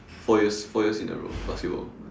four years four years in a row basketball